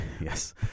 Yes